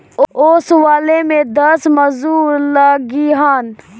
ओसवले में दस मजूर लगिहन